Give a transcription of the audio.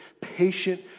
patient